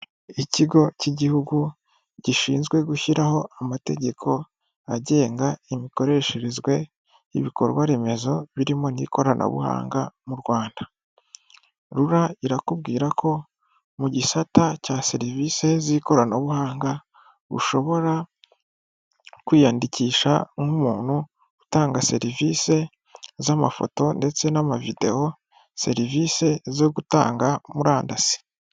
Ikigo cy'igihugu gishinzwe gushyiraho amategeko agenga imikoresherezwe y'ibikorwa remezo birimo n'ikoranabuhanga mu Rwanda, rura irakubwira ko mu gisata cya serivisi z'ikoranabuhanga ushobora kwiyandikisha nk'umuntu utanga serivise z'amafoto ndetse n'amavidewo serivise zo gutanga murandasi.